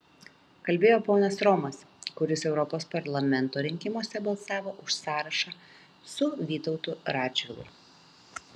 kalbėjo ponas romas kuris europos parlamento rinkimuose balsavo už sąrašą su vytautu radžvilu